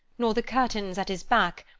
nor the curtains at his back,